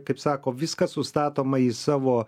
kaip sako viskas sustatoma į savo